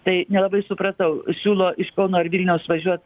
tai nelabai supratau siūlo iš kauno ir vilniaus važiuot